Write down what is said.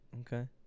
okay